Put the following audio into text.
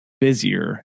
busier